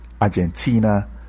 Argentina